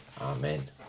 Amen